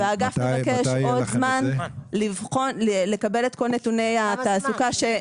אגף מבקש עוד זמן לקבל את כל נתוני התעסוקה.